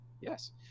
Yes